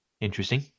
Interesting